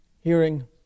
hearing